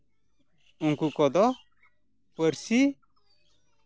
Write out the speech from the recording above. ᱩᱱᱸᱸᱠᱩ ᱠᱚᱫᱚ ᱯᱟᱹᱨᱥᱤ